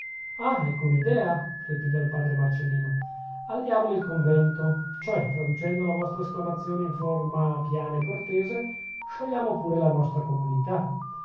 ah ecco un'idea ripigliò il padre marcellino al diavolo il convento cioè traducendo la vostra esclamazione in forma piana e cortese sciogliamo pure la nostra comunità